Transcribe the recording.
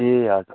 ए हजुर